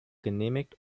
genehmigt